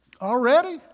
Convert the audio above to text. already